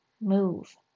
Move